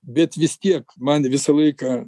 bet vis tiek man visą laiką